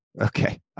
Okay